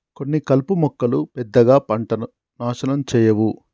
కొన్ని కలుపు మొక్కలు పెద్దగా పంటను నాశనం చేయవు